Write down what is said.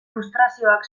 frustrazioak